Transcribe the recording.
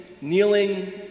kneeling